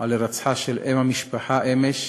על הירצחה של אם המשפחה אמש.